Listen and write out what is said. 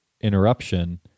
interruption